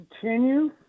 continue